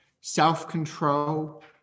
self-control